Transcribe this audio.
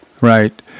right